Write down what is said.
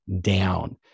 down